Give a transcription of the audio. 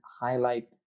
highlight